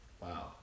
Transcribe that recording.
wow